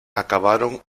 acabaron